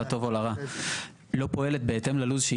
לטוב או לרע לא פועלת בהתאם ללו"ז שהיא